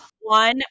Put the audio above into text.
one